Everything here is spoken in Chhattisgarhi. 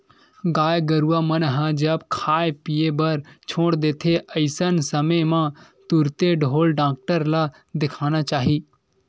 गाय गरुवा मन ह जब खाय पीए बर छोड़ देथे अइसन समे म तुरते ढ़ोर डॉक्टर ल देखाना चाही